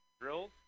drills